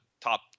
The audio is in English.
top